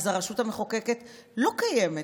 אז הרשות המחוקקת לא קיימת.